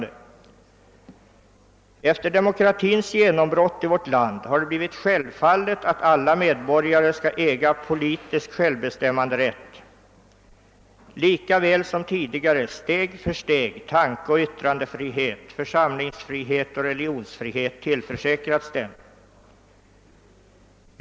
»Efter demokratiens genombrott i vårt land har det blivit självfallet, att alla medborgare skola äga politisk självbestämmanderätt, likaväl som tidigare steg för steg tankeoch yttrandefrihet, församlingsfrihet och religionsfrihet tillförsäkrats dem.